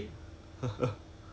eh ya can you hear me